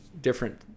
different